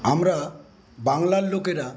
আমরা বাংলার লোকেরা